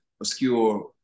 obscure